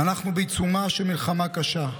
אנחנו בעיצומה של מלחמה קשה,